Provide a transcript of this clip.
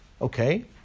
okay